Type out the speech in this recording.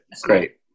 Great